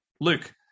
Luke